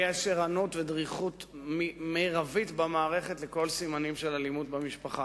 יש ערנות ודריכות מרביות במערכת לכל סימנים של אלימות במשפחה,